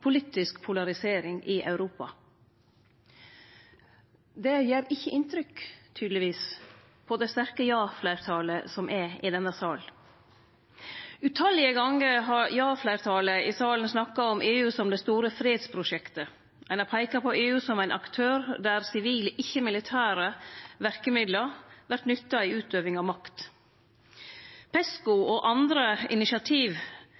politisk polarisering i Europa. Det gjer tydelegvis ikkje inntrykk på det sterke ja-fleirtalet som er i denne sal. Tallause gonger har ja-fleirtalet i salen snakka om EU som det store fredsprosjektet. Ein har peika på EU som ein aktør der sivile – ikkje militære – verkemiddel vert nytta i utøving av makt. PESCO og andre initiativ